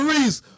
Reese